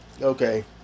okay